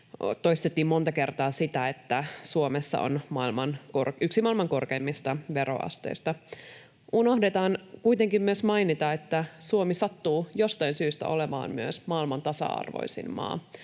Toistettiin monta kertaa sitä, että Suomessa on yksi maailman korkeimmista veroasteista. Unohdetaan kuitenkin myös mainita, että Suomi sattuu jostain syystä olemaan myös maailman tasa-arvoisin maa.